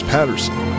Patterson